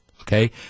Okay